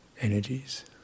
energies